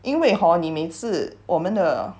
因为 hor 你每次我们的